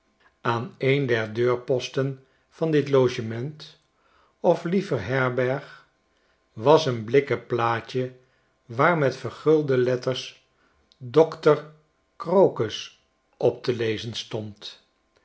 aan een der deurposten van ditlogement of liever herberg was een blikken plaatje waar met vergulde letters dokter crocus op te lezen stond